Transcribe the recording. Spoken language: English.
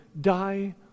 die